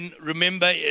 remember